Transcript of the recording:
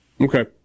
Okay